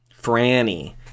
Franny